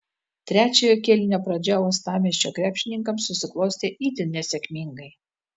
trečiojo kėlinio pradžia uostamiesčio krepšininkams susiklostė itin nesėkmingai